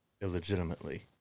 illegitimately